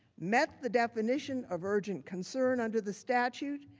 met the definition of urgent concern under the statute,